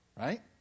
Right